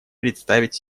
представить